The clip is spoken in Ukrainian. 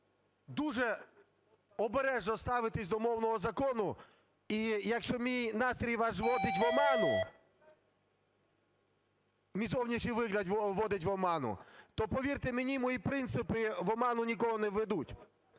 дуже обережно ставитися до мовного закону. І якщо мій настрій вас вводить в оману, мій зовнішній вигляд вводить в оману, то повірте мені, мої принципи в оману нікого не введуть,